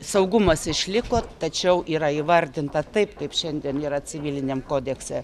saugumas išliko tačiau yra įvardinta taip kaip šiandien yra civiliniam kodekse